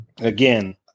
again